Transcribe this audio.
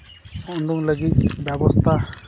ᱩᱰᱩᱝ ᱞᱟᱹᱜᱤᱫ ᱵᱮᱵᱚᱥᱛᱷᱟ